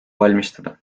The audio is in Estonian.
valmistada